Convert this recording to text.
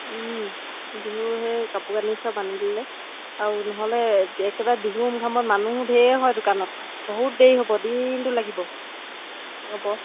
বিহু সেই কাপোৰ কানি চব আনিবলে আৰু নহ'লে একেবাৰে বিহু উমঘামত মানুহ ঢেৰ হয় দোকানত বহুত দেৰি হ'ব দিনটো লাগিব হ'ব